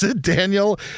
Daniel